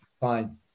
fine